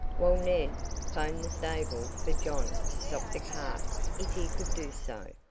while ned phoned the stable for john to stop the cart if he could do so.